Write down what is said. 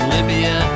Libya